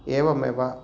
एवमेव